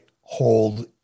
hold